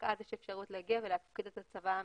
יש אפשרות להגיע ולהפקיד את הצוואה המקורית.